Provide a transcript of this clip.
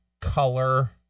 color